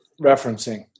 referencing